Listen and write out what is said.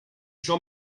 jean